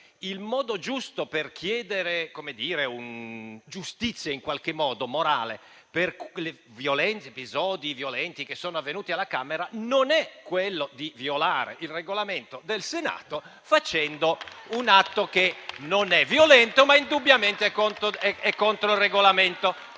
il modo giusto per chiedere giustizia morale per gli episodi violenti che sono avvenuti alla Camera non è quello di violare il Regolamento del Senato, facendo un atto che non è violento, ma indubbiamente è contro il Regolamento.